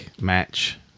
match